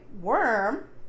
Worm